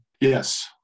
Yes